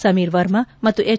ಸಮೀರ್ ವರ್ಮ ಮತ್ತು ಎಚ್